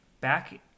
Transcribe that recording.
back